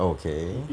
okay